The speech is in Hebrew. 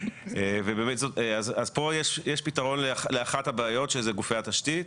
אז פה יש פתרון לאחת הבעיות שזה גופי התשתית,